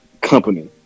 company